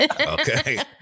Okay